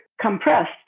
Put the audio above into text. compressed